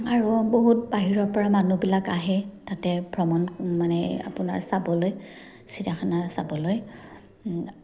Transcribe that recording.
আৰু বহুত বাহিৰৰ পৰা মানুহবিলাক আহে তাতে ভ্ৰমণ মানে আপোনাৰ চাবলৈ চিৰিয়াখানা চাবলৈ